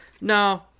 No